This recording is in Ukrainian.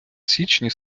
січні